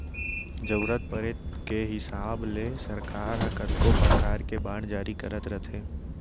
जरूरत परे के हिसाब ले सरकार ह कतको परकार के बांड जारी करत रथे